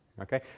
okay